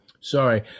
Sorry